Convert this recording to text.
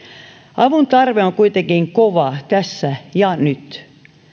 avuntarve on kuitenkin kova tässä ja nyt